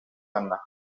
anna